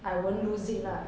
I won't lose it lah